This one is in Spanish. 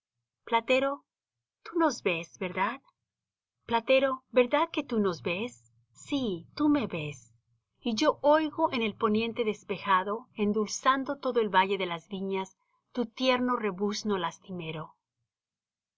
platero tú nos ves verdad platero verdad que tú nos ves sí tú me ves y yo oigo en el poniente despejado endulzando todo el valle de las viñas tu tierno rebuzno lastimero